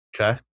Okay